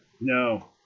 No